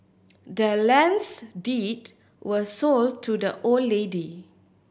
the land's deed was sold to the old lady